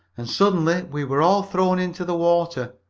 and suddenly we were all thrown into the water.